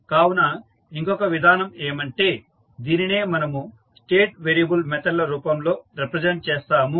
కావున ఇంకొక విధానం ఏమంటే దీనినే మనము స్టేట్ వేరియబుల్ మెథడ్ ల రూపం లో రిప్రజెంట్ చేస్తాము